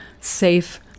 safe